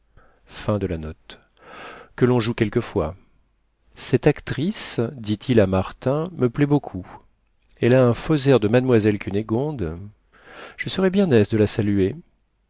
que l'on joue quelquefois cette actrice dit-il à martin me plaît beaucoup elle a un faux air de mademoiselle cunégonde je serais bien aise de la saluer